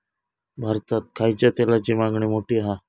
भारतात खायच्या तेलाची मागणी मोठी हा